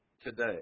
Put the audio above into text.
today